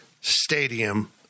stadium